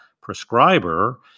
prescriber